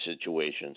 situations